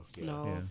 No